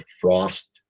frost